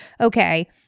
okay